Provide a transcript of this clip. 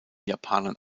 japanern